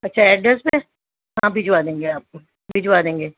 اچھا ایڈریس پہ ہاں بھجوا دیں گے آپ کو بھجوا دیں گے